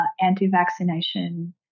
anti-vaccination